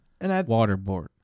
waterboard